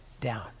down